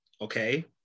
okay